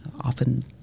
often